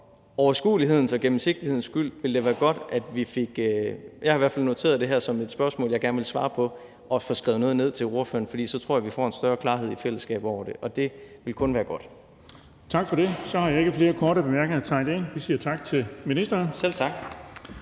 for overskuelighedens og gennemsigtighedens skyld ville det være godt – jeg har i hvert fald noteret det her som et spørgsmål, jeg gerne vil svare på – at få skrevet noget ned til ordføreren, for så tror jeg, vi får en større klarhed i fællesskab over det, og det vil kun være godt. Kl. 14:49 Den fg. formand (Erling Bonnesen): Tak for det. Så har jeg ikke flere korte bemærkninger tegnet ind, og vi siger tak til ministeren. Da